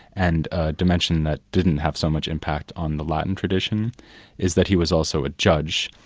and a dimension that didn't have so much impact on the latin tradition is that he was also a judge,